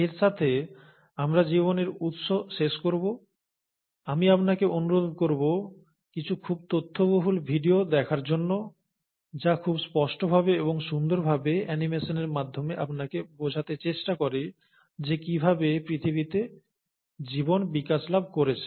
এর সাথে আমরা জীবনের উৎস শেষ করব আমি আপনাকে অনুরোধ করব কিছু খুব তথ্যবহুল ভিডিও দেখার জন্য যা খুব স্পষ্টভাবে এবং সুন্দরভাবে অ্যানিমেশনের মাধ্যমে আপনাকে বোঝাতে চেষ্টা করে যে কিভাবে পৃথিবীতে জীবন বিকাশ লাভ করেছে